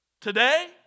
today